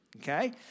Okay